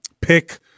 Pick